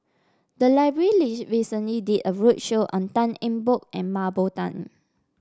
the library recently did a roadshow on Tan Eng Bock and Mah Bow Tan